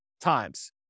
times